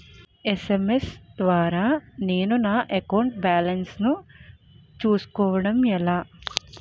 SMS ద్వారా నేను నా అకౌంట్ బాలన్స్ చూసుకోవడం ఎలా?